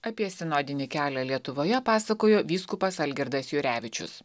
apie sinodinį kelią lietuvoje pasakojo vyskupas algirdas jurevičius